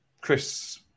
Chris